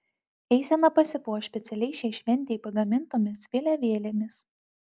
eisena pasipuoš specialiai šiai šventei pagamintomis vėliavėlėmis